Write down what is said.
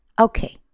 Okay